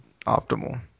Optimal